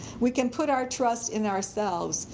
we can put our trust in ourselves,